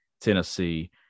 Tennessee